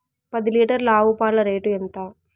పది లీటర్ల ఆవు పాల రేటు ఎంత?